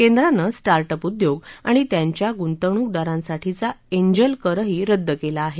केंद्रानं start up उद्योग आणि त्यांच्या गुंतवणूकदारांसठीचा एंजल करही रद्द केला आहे